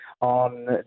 on